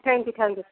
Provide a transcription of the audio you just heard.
thank you thank you